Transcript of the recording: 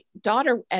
daughter